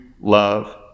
love